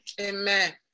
Amen